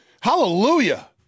Hallelujah